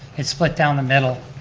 it's split down the middle.